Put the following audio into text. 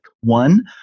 One